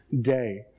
day